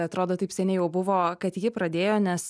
atrodo taip seniai jau buvo kad ji pradėjo nes